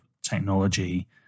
technology